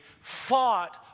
fought